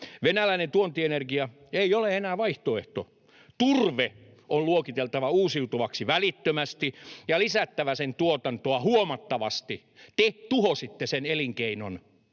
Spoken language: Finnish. Venäläinen tuontienergia ei ole enää vaihtoehto. Turve on luokiteltava uusiutuvaksi välittömästi ja lisättävä sen tuotantoa huomattavasti. Te tuhositte sen elinkeinon.